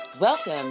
Welcome